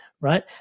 right